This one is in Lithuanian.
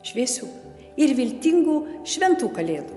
šviesių ir viltingų šventų kalėdų